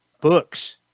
books